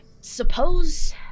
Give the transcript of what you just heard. suppose